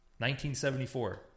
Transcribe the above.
1974